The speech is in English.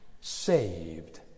saved